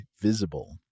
visible